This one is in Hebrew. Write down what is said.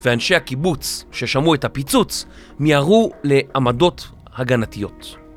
ואנשי הקיבוץ ששמעו את הפיצוץ, מיהרו לעמדות הגנתיות.